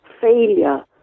failure